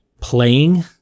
playing